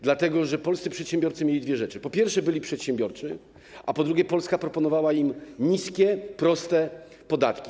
Dlatego że polscy przedsiębiorcy mieli dwie rzeczy: po pierwsze, byli przedsiębiorczy, pod drugie, Polska proponowała im niskie, proste podatki.